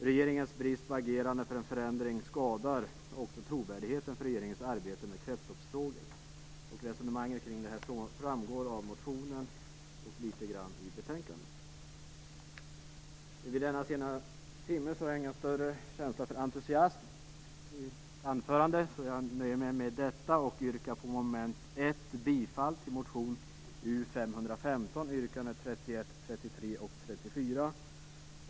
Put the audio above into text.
Regeringens brist på agerande för en förändring skadar också trovärdigheten för regeringens arbete med kretsloppsfrågor. Resonemangen kring detta framgår av motionen och litet grand i betänkandet. I denna sena timme har jag ingen större känsla för entusiasm i mitt anförande. Jag nöjer mig därför med detta och yrkar under mom. 1 bifall till motion U515 yrkanden 31, 33 och 34.